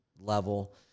level